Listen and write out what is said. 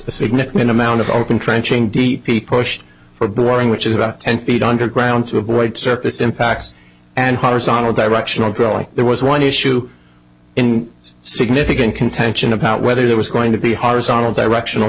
significant amount of open trenching d p pushed for borrowing which is about ten feet underground to avoid surface impacts and horizontal directional drilling there was one issue in significant contention about whether there was going to be horizontal directional